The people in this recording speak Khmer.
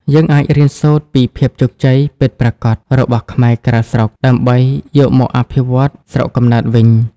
យើងអាចរៀនសូត្រពី "ភាពជោគជ័យពិតប្រាកដ" របស់ខ្មែរក្រៅស្រុក ដើម្បីយកមកអភិវឌ្ឍស្រុកកំណើតវិញ។